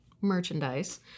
merchandise